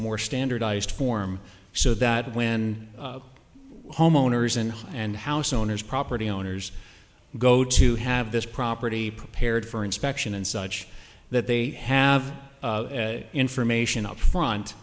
more standardized form so that when homeowners and and house owners property owners go to have this property prepared for inspection and such that they have information up front